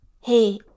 hey